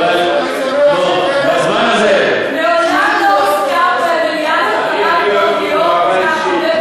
מעולם לא הזכרת את הרב דב ליאור כל כך הרבה,